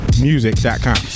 Music.com